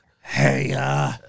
Hey